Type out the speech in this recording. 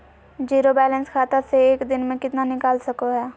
Zero balance खाता से एक दिन में कितना निकाल सको है?